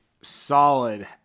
solid